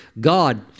God